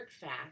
fact